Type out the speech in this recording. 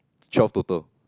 twelve total